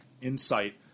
insight